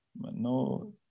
no